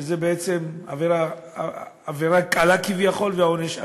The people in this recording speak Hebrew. שזה בעצם עבירה קלה כביכול והעונש קל.